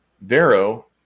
Vero